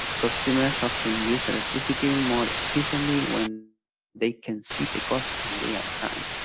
customers often use electricity more efficiently when they can see the cost in real time.